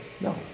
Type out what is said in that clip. no